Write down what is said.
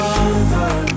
over